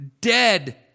dead